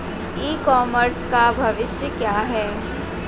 ई commerce का भविष्य क्या है?